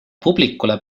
publikule